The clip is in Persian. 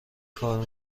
کار